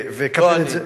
לא אני.